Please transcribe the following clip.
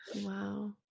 Wow